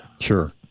Sure